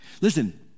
Listen